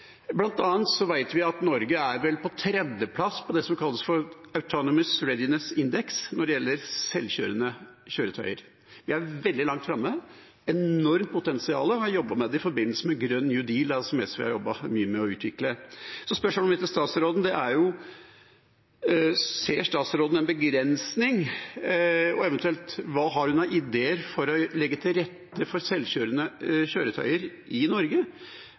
vi at Norge vel er på tredjeplass på det som kalles for «autonomous readiness index» når det gjelder selvkjørende kjøretøyer. Vi er veldig langt framme, har et enormt potensial og har jobbet med det i forbindelse med grønn «new deal», som SV har arbeidet mye med å utvikle. Spørsmålet mitt til statsråden er: Ser statsråden en begrensning, hva har hun eventuelt av ideer for å legge til rette for selvkjørende kjøretøyer i Norge,